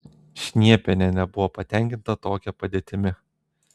šniepienė nebuvo patenkinta tokia padėtimi